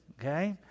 Okay